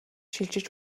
шилжиж